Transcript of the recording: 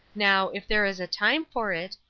now, if there is a time for it,